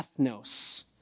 ethnos